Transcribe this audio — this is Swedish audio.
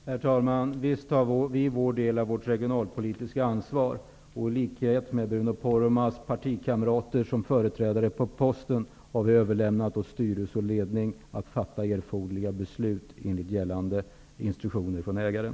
Herr talman! Visst tar vi vår del av det regionalpolitiska ansvaret. I likhet med Bruno Poromaas partikamrater, som företrädare på posten, har jag överlämnat åt styrelse och ledning att fatta erforderliga beslut enligt gällande instruktioner från ägaren.